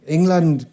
England